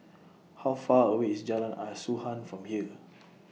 How Far away IS Jalan Asuhan from here